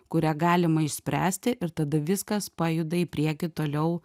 kurią galima išspręsti ir tada viskas pajuda į priekį toliau